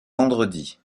vendredi